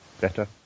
better